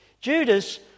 Judas